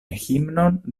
himnon